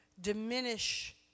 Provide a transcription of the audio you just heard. diminish